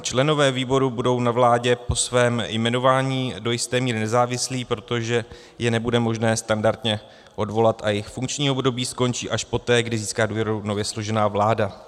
Členové výboru budou na vládě po svém jmenování do jisté míry nezávislí, protože je nebude možné standardně odvolat, a jejich funkční období skončí až poté, kdy získá důvěru nově složená vláda.